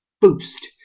boost